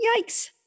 Yikes